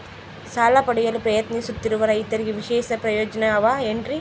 ಸಾಲ ಪಡೆಯಲು ಪ್ರಯತ್ನಿಸುತ್ತಿರುವ ರೈತರಿಗೆ ವಿಶೇಷ ಪ್ರಯೋಜನ ಅವ ಏನ್ರಿ?